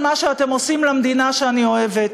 את עצמנו